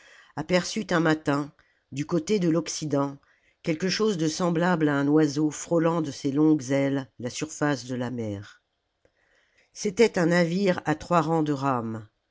un matin du côté de l'occident quelque chose de semblable à un oiseau frôlant de ses longues ailes la surface de la mer c'était un navire à trois rangs de rames